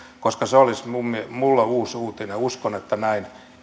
koska se olisi minulle uusi uutinen uskon että näin